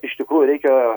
iš tikrųjų reikia